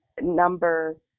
Number